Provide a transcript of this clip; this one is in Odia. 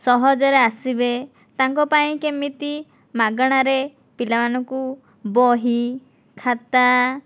ସହଜରେ ଆସିବେ ତାଙ୍କ ପାଇଁ କେମିତି ମାଗଣାରେ ପିଲାମାନଙ୍କୁ ବହି ଖାତା